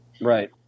Right